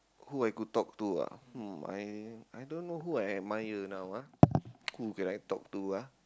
who I could talk to ah hmm I I don't know who I admire now ah who could I talk to ah